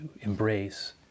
embrace